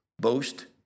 boast